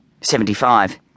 Seventy-five